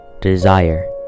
desire